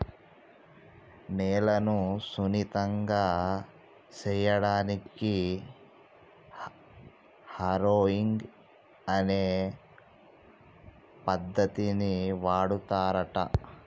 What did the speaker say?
నేలను సున్నితంగా సేయడానికి హారొయింగ్ అనే పద్దతిని వాడుతారంట